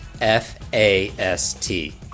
F-A-S-T